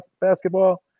basketball